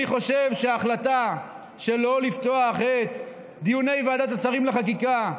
אני חושב שההחלטה שלא לפתוח את דיוני ועדת השרים לחקיקה,